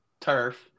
turf